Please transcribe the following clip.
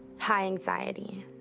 high anxiety,